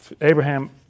Abraham